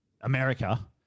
America